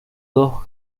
dos